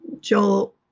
Joel